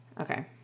Okay